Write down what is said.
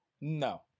no